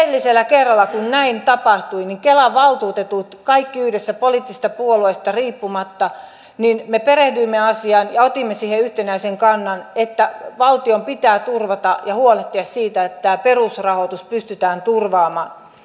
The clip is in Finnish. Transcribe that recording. edellisellä kerralla kun näin tapahtui me kelan valtuutetut kaikki yhdessä poliittisista puolueista riippumatta perehdyimme asiaan ja otimme siihen yhtenäisen kannan että valtion pitää huolehtia siitä että tämä perusrahoitus pystytään turvaamaan